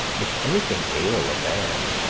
if anything ail a man,